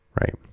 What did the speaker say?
right